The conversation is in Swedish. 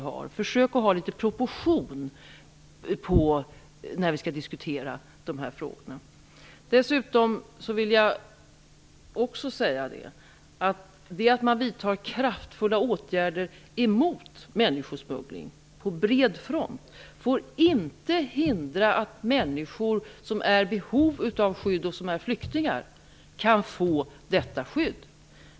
Claus Zaar bör ha några proportioner i diskussionen. Dessutom vill jag säga att kraftfulla åtgärder mot människosmuggling på bred front inte får hindra att människor som är i behov av skydd och som är flyktingar kan få detta skydd.